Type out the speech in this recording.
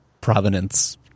provenance